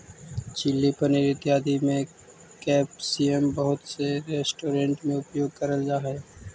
chilli paneer इत्यादि में capsicum बहुत से रेस्टोरेंट में उपयोग करल जा हई